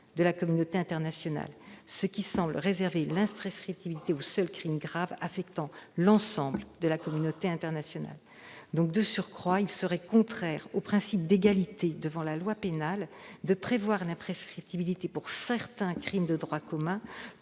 de la communauté internationale », ce qui semble réserver l'imprescriptibilité aux seuls crimes graves affectant l'ensemble de la communauté internationale. De surcroît, il serait contraire au principe d'égalité devant la loi pénale de prévoir l'imprescriptibilité pour certains crimes de droit commun,